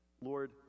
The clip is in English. Lord